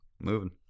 Moving